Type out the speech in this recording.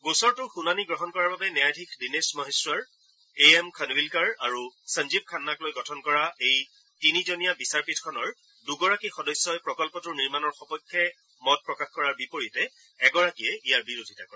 গোচৰটোৰ শুনানি গ্ৰহণ কৰাৰ বাবে ন্যায়াধীশ দীনেশ মহেধৰ এ এম খনৱিলকাৰ আৰু সঞ্জীৱ খান্নাক লৈ গঠন কৰা এই তিনিজনীয়া বিচাৰপীঠখনৰ দুগৰাকী সদস্যই প্ৰকল্পটোৰ নিৰ্মণৰ সপক্ষে মত প্ৰকাশ কৰাৰ বিপৰীতে এগৰাকীয়ে ইয়াৰ বিৰোধিতা কৰে